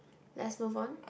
let's move on